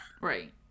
Right